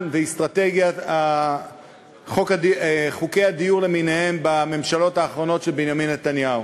ואסטרטגיית חוקי הדיור למיניהם בממשלות האחרונות של בנימין נתניהו.